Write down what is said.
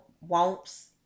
wants